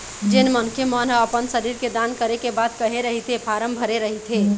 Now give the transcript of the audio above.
जेन मनखे मन ह अपन शरीर के दान करे के बात कहे रहिथे फारम भरे रहिथे